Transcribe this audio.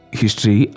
history